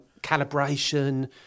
Calibration